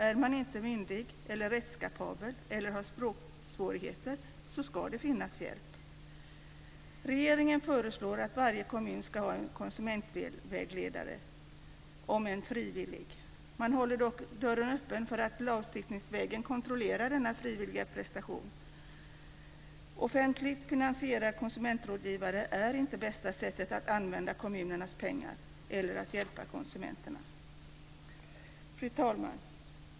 Är man inte myndig eller rättskapabel eller har språksvårigheter ska det finnas hjälp. Regeringen föreslår att varje kommun ska ha en konsumentvägledare, om än frivillig. Man håller dock dörren öppen för att lagstiftningsvägen kontrollera denna frivilliga prestation. Offentligt finansierade konsumentrådgivare är inte det bästa sättet att använda kommunernas pengar eller att hjälpa konsumenterna. Fru talman!